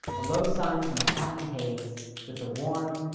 a low sun in a platinum haze with a warm,